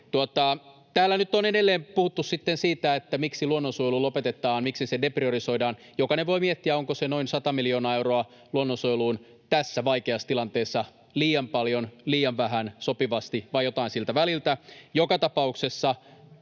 Täällä nyt on edelleen puhuttu sitten siitä, miksi luonnonsuojelu lopetetaan, miksi se depriorisoidaan. Jokainen voi miettiä, onko se noin sata miljoonaa euroa luonnonsuojeluun tässä vaikeassa tilanteessa liian paljon, liian vähän, sopivasti vai jotain siltä väliltä.